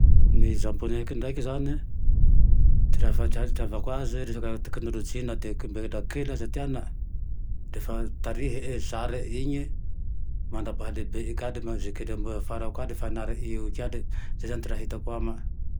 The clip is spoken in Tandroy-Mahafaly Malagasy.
Ny zaponeky ndraiky zane ty raha fahatreavako aze teknolojia na de ko mbola kely aza ty anane de fa tarihie zarie ine mandra-pahalehibe ka le ze kely mbo afara le fa anarie io ka le zay zane ty raha hitako amae